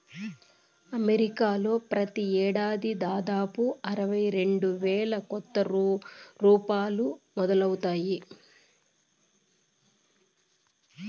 అమెరికాలో ప్రతి ఏడాది దాదాపు అరవై రెండు వేల కొత్త యాపారాలు మొదలవుతాయి